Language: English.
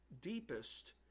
deepest